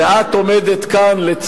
לא,